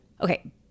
Okay